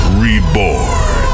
reborn